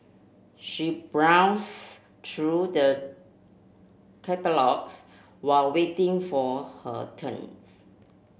she browse through the catalogues while waiting for her turn